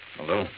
Hello